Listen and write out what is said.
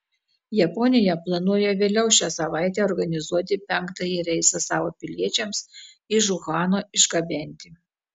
japonija planuoja vėliau šią savaitę organizuoti penktąjį reisą savo piliečiams iš uhano išgabenti